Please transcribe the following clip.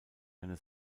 eine